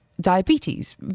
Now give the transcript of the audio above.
Diabetes